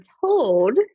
told